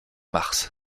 mars